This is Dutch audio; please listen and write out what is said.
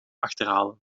achterhalen